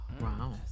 Wow